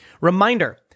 reminder